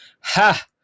Ha